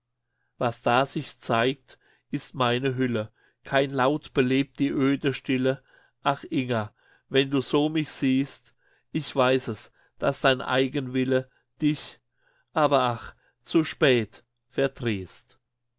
was da sich zeigt ist meine hülle kein laut belebt die öde stille ach inger wenn du so mich siehst ich weiß es daß dein eigenwille dich aber ach zu spät